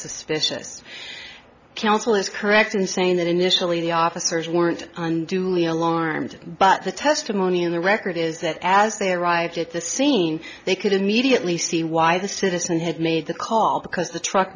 suspicious counsel is correct in saying that initially the officers weren't unduly alarmed but the testimony in the record is that as they arrived at the scene they could immediately see why the citizen had made the call because the truck